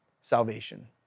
salvation